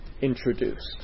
introduced